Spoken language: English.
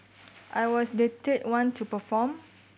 I was the third one to perform